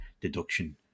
deduction